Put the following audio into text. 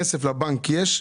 כסף לבנק יש,